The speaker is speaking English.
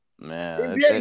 Man